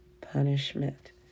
punishment